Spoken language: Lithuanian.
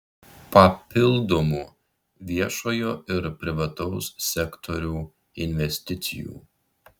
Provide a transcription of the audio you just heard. papildomų viešojo ir privataus sektorių investicijų